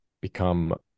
become